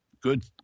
good